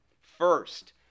First